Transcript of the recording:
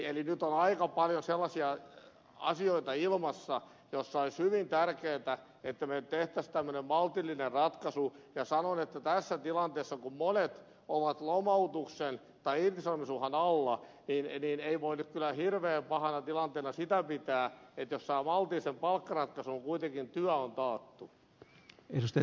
eli nyt on aika paljon sellaisia asioita ilmassa että olisi hyvin tärkeätä että me tekisimme tämmöisen maltillisen ratkaisun ja sanoin että tässä tilanteessa kun monet ovat lomautuksen tai irtisanomisuhan alla ei voi nyt kyllä hirveän pahana tilanteena sitä pitää jos saa maltillisen palkkaratkaisun kun kuitenkin työ on taattu